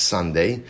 Sunday